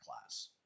class